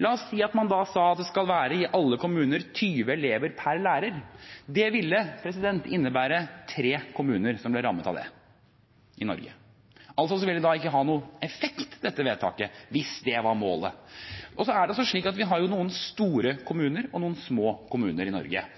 la oss si at det i alle kommuner skal være 20 elever per lærer. Det ville innebære at tre kommuner i Norge ville bli rammet av det – altså ville ikke dette vedtaket ha noen effekt, hvis det var målet. Så har vi noen store kommuner og noen små kommuner i Norge,